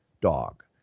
dog